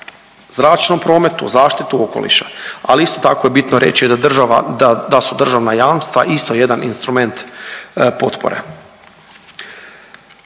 zračnom prometu, zaštitu okoliša. ali isto tako bitno je reći da država, da, da su državna jamstva isto jedan instrument potpora.